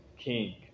king